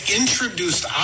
introduced